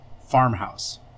Farmhouse